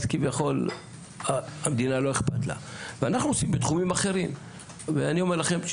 אז כביכול המדינה לא אכפת לה ואנחנו עושים בתחומים אחרים ואני אומר לכם,